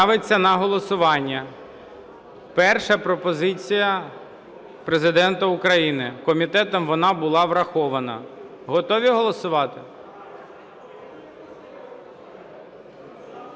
Ставиться на голосування перша пропозиція Президента України. Комітетом вона була врахована. Готові голосувати?